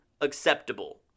acceptable